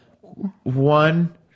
One